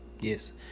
Yes